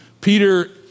Peter